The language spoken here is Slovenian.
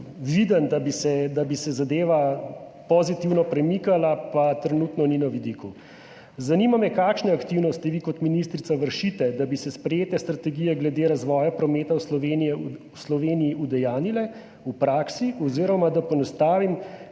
videnj, da bi se zadeva pozitivno premikala, pa trenutno ni na vidiku. Zanima me: Kakšne aktivnosti vi kot ministrica vršite, da bi se sprejete strategije glede razvoja prometa v Sloveniji udejanjile v praksi, oziroma da poenostavim,